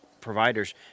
providers